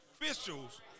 officials